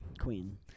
Queen